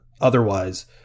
otherwise